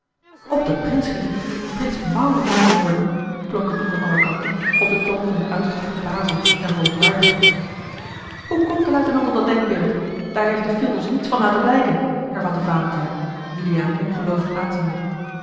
op den prins schieten prins maurinck vermoorden klonk het nu van alle kanten op den toon van de uiterste verbazing en verontwaardiging hoe komt de luitenant op dat denkbeeld daar heeft de fielt ons niets van laten blijken hervatte valentijn juliaan ongeloovig aanziende